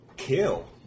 Kill